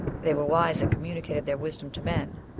they were wise, and communicated their wisdom to men.